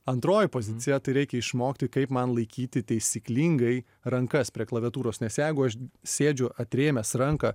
antroji pozicija tai reikia išmokti kaip man laikyti taisyklingai rankas prie klaviatūros nes jeigu aš sėdžiu atrėmęs ranką